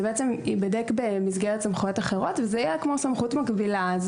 זה ייבדק במסגרת סמכויות אחרות וזאת תהיה כמו סמכות מקבילה.